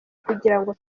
kugira